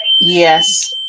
Yes